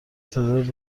تعداد